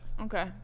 okay